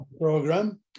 program